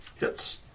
Yes